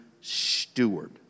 steward